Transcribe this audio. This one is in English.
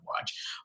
watch